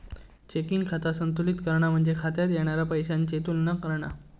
checking खाता संतुलित करणा म्हणजे खात्यात येणारा पैशाची तुलना करणा